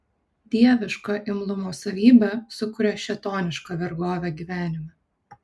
dieviška imlumo savybė sukuria šėtonišką vergovę gyvenime